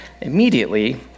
immediately